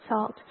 salt